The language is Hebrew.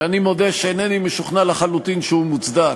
שאני מודה שאינני משוכנע לחלוטין שהוא מוצדק,